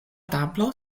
tablo